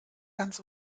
ganz